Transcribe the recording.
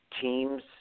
Teams